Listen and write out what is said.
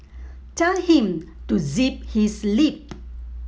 tell him to zip his lip